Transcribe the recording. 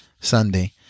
Sunday